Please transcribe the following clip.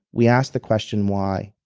we asked the question why?